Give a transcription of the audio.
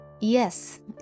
Yes